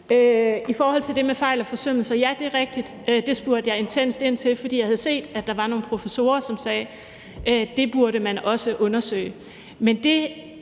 I forhold til det med fejl og forsømmelser vil jeg sige, at ja, det er rigtigt – det spurgte jeg intenst ind til, fordi jeg havde set, at der var nogle professorer, som sagde, at det burde man også undersøge.